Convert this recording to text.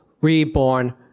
reborn